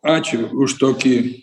ačiū už tokį